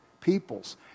peoples